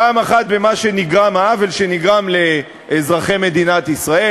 פעם אחת בעוול שנגרם לאזרחי מדינת ישראל,